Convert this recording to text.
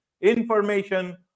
information